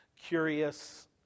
curious